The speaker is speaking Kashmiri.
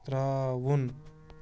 ترٛاوُن